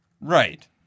Right